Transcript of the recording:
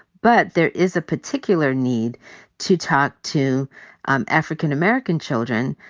but there is a particular need to talk to um african american children,